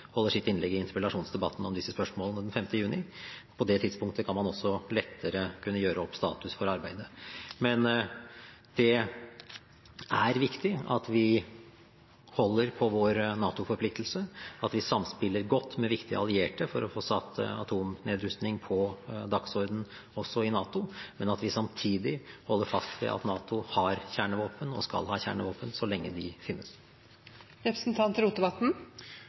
holder sitt innlegg i interpellasjonsdebatten om disse spørsmålene den 5. juni. På det tidspunktet kan man også lettere gjøre opp status for arbeidet. Det er viktig at vi holder på vår NATO-forpliktelse, at vi samspiller godt med viktige allierte for å få satt atomnedrustning på dagsordenen også i NATO, men at vi samtidig holder fast ved at NATO har kjernevåpen og skal ha kjernevåpen så lenge de finnes.